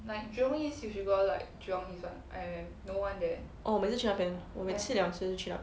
oh 我每次去那边我每次去那边